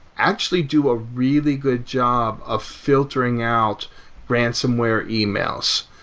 actually do a really good job of filtering out ransonware emails.